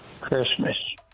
Christmas